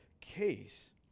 case